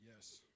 Yes